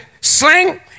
sling